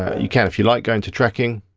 you can if you'd like, go into tracking,